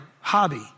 hobby